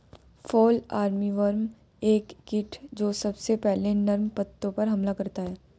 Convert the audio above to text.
fall armyworm एक कीट जो सबसे पहले नर्म पत्तों पर हमला करता है